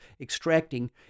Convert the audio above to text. extracting